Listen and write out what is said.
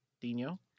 Dino